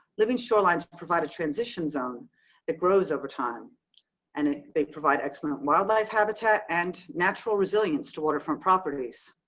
living shorelines provide a transition zone that grows over time and they provide excellent wildlife habitat and natural resilience to waterfront properties.